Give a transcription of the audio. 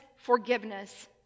forgiveness